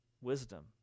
wisdom